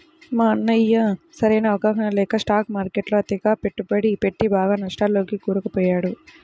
మా అన్నయ్య సరైన అవగాహన లేక స్టాక్ మార్కెట్టులో అతిగా పెట్టుబడి పెట్టి బాగా నష్టాల్లోకి కూరుకుపోయాడు